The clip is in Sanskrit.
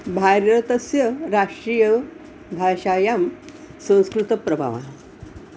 भारतस्य राष्ट्रीयभाषायां संस्कृतप्रभावः